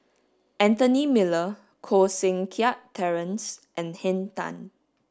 Anthony Miller Koh Seng Kiat Terence and Henn Tan